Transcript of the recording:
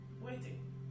Waiting